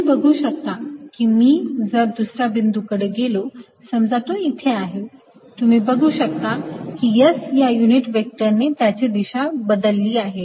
तुम्ही बघू शकता की मी जर दुसऱ्या बिंदूकडे गेलो समजा तो इथे आहे तुम्ही बघू शकता की S या युनिट व्हेक्टरने त्याची दिशा बदलली आहे